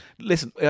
Listen